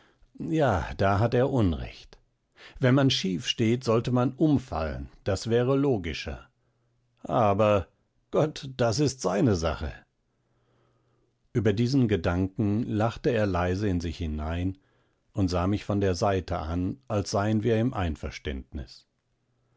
ja da hat er unrecht wenn man schief steht soll man umfallen das wäre logischer aber gott das ist seine sache über diesen gedanken lachte er leise in sich hinein und sah mich von der seite an als seien wir im einverständnis